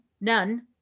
none